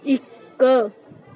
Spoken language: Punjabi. ਇੱਕ